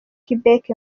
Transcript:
quebec